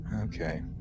okay